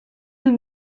nous